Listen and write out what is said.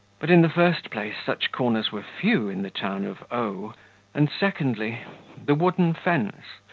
but, in the first place, such corners were few in the town of o and, secondly the wooden fence,